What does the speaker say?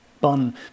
bun